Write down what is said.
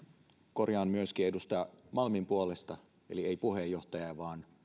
korjaan myöskin edustaja malmin puolesta eli ei puheenjohtaja vaan